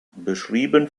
beschrieben